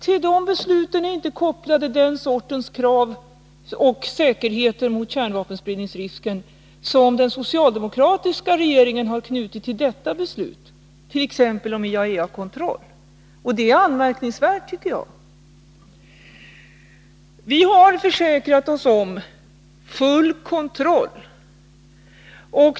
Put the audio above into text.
Till de besluten är inte kopplat det slags krav och säkerheter när det gäller kärnvapenspridningsrisken som den socialdemokratiska regeringen har knutit till sitt beslut, t.ex. i form av IAEA-kontroll. Det är anmärkningsvärt, tycker jag. Vi har försäkrat oss om full kontroll.